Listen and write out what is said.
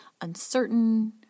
uncertain